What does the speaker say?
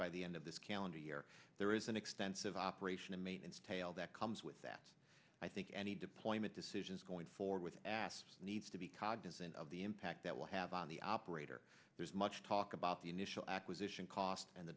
by the end of this calendar year there is an extensive operation and maintenance tail that comes with that i think any deployment decisions going forward with ass needs to be cognizant of the impact that will have on the operator there's much talk about the initial acquisition cost and the